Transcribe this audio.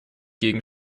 gegen